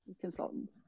consultants